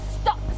Stop